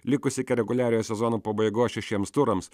likus iki reguliariojo sezono pabaigos šešiems turams